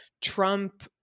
Trump